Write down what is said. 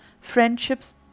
Friendships